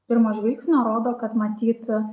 pirmo žvilgsnio rodo kad matyt